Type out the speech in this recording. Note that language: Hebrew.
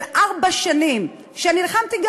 ארבע שנים נלחמתי,